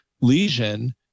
lesion